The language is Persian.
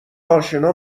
اشنا